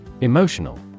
Emotional